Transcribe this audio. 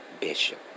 Bishop